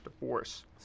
divorce